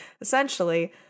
Essentially